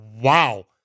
wow